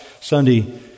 Sunday